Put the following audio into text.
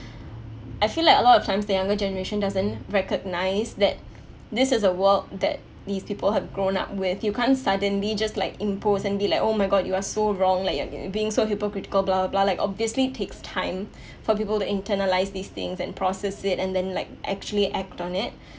I feel like a lot of times the younger generation doesn't recognize that this is a world that these people have grown up with you can't suddenly just like impose and be like oh my god you are so wrong like you're being so hypocritical blah blah blah like obviously it takes time for people to internalize these things and process it and then like actually act on it